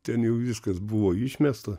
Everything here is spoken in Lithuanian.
ten jau viskas buvo išmesta